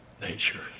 nature